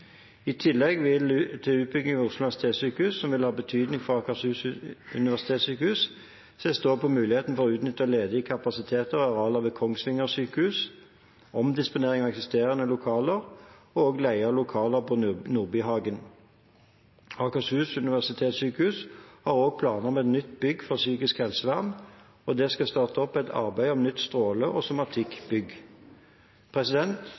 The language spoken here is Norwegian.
I tillegg til utbyggingene ved Oslo universitetssykehus som vil ha betydning for Akershus universitetssykehus, ses det på muligheten for å utnytte ledig kapasitet og arealer ved Kongsvinger sykehus, omdisponering av eksisterende lokaler og også leie av lokaler på Nordbyhagen. Akershus universitetssykehus har også planer om et nytt bygg for psykisk helsevern, og de skal starte opp et arbeid om nytt stråle- og